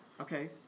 Okay